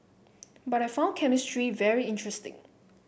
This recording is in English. but I found chemistry very interesting